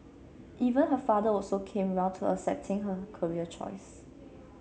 even her father also came round to accepting her career choice